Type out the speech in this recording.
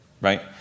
right